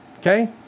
okay